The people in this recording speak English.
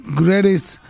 greatest